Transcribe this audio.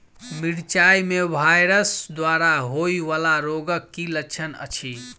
मिरचाई मे वायरस द्वारा होइ वला रोगक की लक्षण अछि?